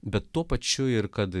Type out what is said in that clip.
bet tuo pačiu ir kad